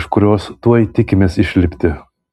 iš kurios tuoj tikimės išlipti